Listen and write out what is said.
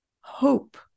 hope